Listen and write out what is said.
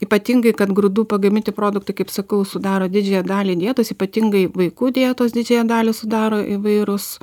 ypatingai kad grūdų pagaminti produktai kaip sakau sudaro didžiąją dalį dietos ypatingai vaikų dietos didžiąją dalį sudaro įvairūs